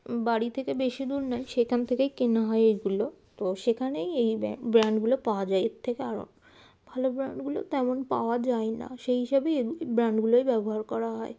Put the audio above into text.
বাড়ি থেকে বেশি দূর নয় সেইখান থেকেই কেনা হয় এইগুলো তো সেখানেই এই ব্যা ব্র্যান্ডগুলো পাওয়া যায় এর থেকে আর ভালো ব্র্যান্ডগুলো তেমন পাওয়া যায় না সেই হিসাবেই এই ব্র্যান্ডগুলোই ব্যবহার করা হয়